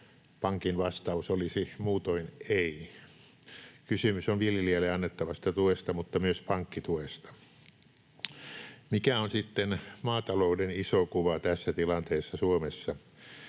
pankin vastaus olisi muutoin ”ei”. Kysymys on viljelijöille annettavasta tuesta mutta myös pankkituesta. Mikä on sitten maatalouden iso kuva tässä tilanteessa Suomessa?